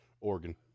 Oregon